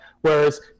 Whereas